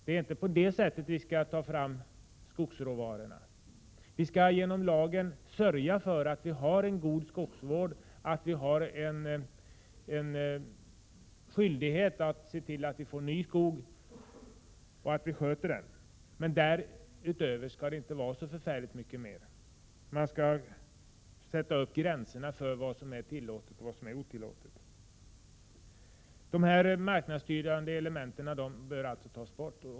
Det är inte på det sättet vi skall ta fram skogsråvarorna. Vi skall genom lagen sörja för en god skogsvård och en skyldighet att se till att vi får en ny skog. Därutöver skall det inte vara mycket mer. Man skall sätta upp gränserna för vad som är tillåtet och vad som är otillåtet. De marknadsstyrande elementen bör tas bort.